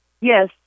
Yes